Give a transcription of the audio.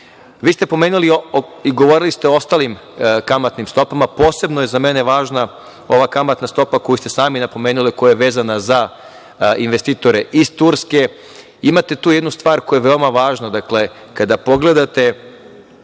sa nama. Vi ste govorili o ostalim kamatnim stopama, a posebno je za mene važna ova kamatna stopa koju ste sami napomenuli, a koja je vezana za investitore iz Turske. Imate tu jednu stvar koja je veoma važna. Dakle, kada pogledate